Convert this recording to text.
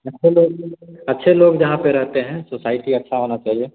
अच्छे लोग अच्छे लोग जहाँ पर रहते हैं सोसाइटी अच्छी होना चाहिए